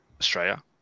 Australia